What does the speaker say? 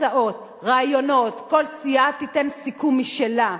הצעות, רעיונות, כל סיעה תיתן סיכום משלה.